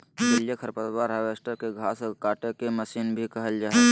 जलीय खरपतवार हार्वेस्टर, के घास काटेके मशीन भी कहल जा हई